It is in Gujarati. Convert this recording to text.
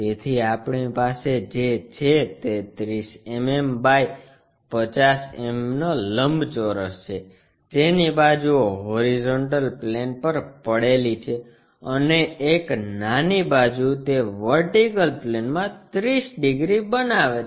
તેથી આપણી પાસે જે છે તે 30 mm બાય 50 mm નો લંબચોરસ છે જેની બાજુઓ હોરીઝોન્ટલ પ્લેન પર પડેલી છે અને એક નાની બાજુ તે વર્ટિકલ પ્લેનમાં 30 ડિગ્રી બનાવે છે